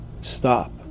stop